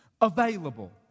available